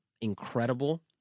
incredible